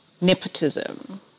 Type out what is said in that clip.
nepotism